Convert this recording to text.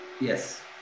Yes